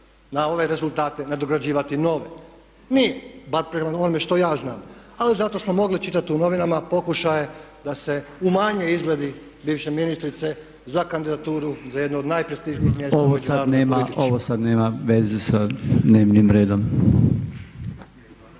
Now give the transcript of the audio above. na ove rezultate nadograđivati nove. Nije, bar prema onome što ja znam. Ali zato smo mogli čitati u novinama pokušaje da se umanje izgledi bivše ministrice za kandidaturu za jedno od najprestižnijih mjesta u međunarodnoj